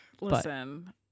Listen